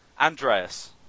Andreas